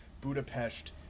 Budapest